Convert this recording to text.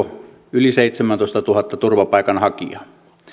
yli seitsemäntoistatuhatta turvapaikanhakijaa